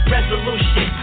Resolution